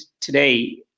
today